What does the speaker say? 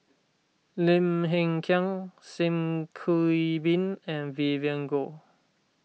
Lim Hng Kiang Sim Kee Boon and Vivien Goh